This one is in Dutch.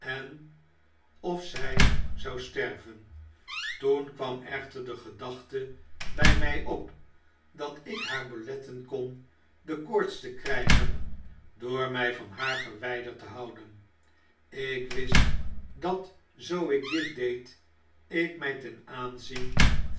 ol zy zou sterven toen kwam echter de gedachte by mjj op dat ik haar beletten kon de koorts te krygen door my van jiaar verwyderd te houden ik wist dat zoo ik dit deed ik my ten aanzien